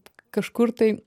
kažkur tai